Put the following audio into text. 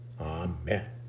Amen